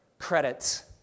credits